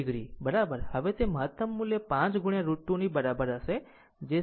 હવે તે મહતમ મૂલ્ય 5 √ 2 ની હશે જે 7